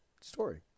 story